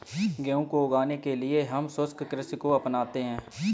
गेहूं को उगाने के लिए हम शुष्क कृषि को अपनाते हैं